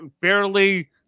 barely